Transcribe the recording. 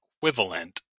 equivalent